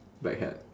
black hat